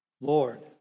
Lord